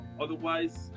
Otherwise